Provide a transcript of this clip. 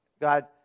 God